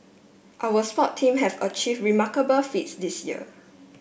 our sport teams have achieve remarkable feats this year